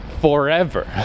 Forever